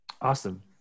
Awesome